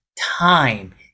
time